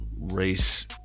Race